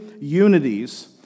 unities